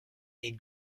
est